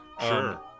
Sure